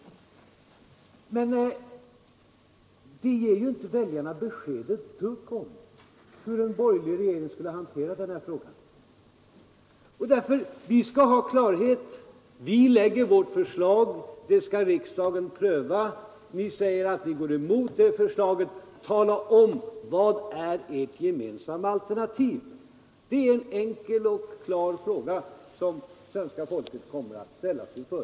Men detta ger ju inte väljarna något besked om hur en borgerlig regering skulle hantera den här frågan. Vi vill ha klarhet. Vi lägger fram vårt förslag, det skall riksdagen pröva. Ni säger att ni går emot detta förslag. Tala då om vilket som är ert gemensamma alternativ! Det är en enkel och klar fråga som svenska folket kommer att ställas inför.